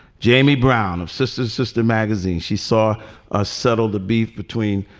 jamie brown of sistas system magazine. she saw a subtle the beef between